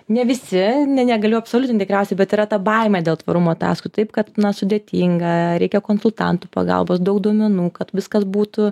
ne visi ne negaliu absoliutint tikriausiai bet yra ta baimė dėl tvarumo ataskaitų taip kad na sudėtinga reikia konsultantų pagalbos daug duomenų kad viskas būtų